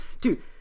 Dude